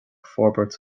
forbairt